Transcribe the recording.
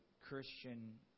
Christian